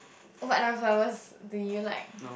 whatever flowers do you like